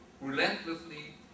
relentlessly